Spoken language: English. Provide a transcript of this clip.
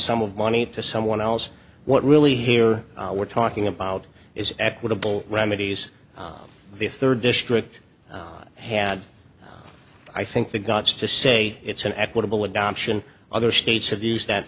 sum of money to someone else what really here we're talking about is equitable remedies the third district had i think the guts to say it's an equitable adoption other states have used that